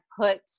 put